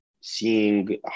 seeing